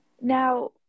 Now